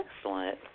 Excellent